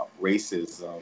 racism